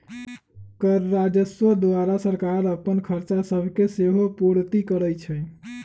कर राजस्व द्वारा सरकार अप्पन खरचा सभके सेहो पूरति करै छै